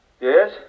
yes